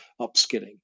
upskilling